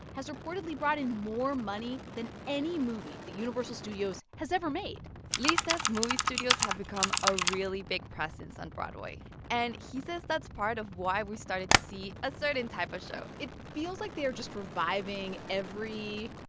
has reportedly brought in more money than any movie that universal studios has ever made lee says movie studios have become a really big presence on broadway and he says that's part of why we've started to see a certain type of show it feels like they are just reviving every